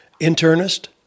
Internist